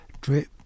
drip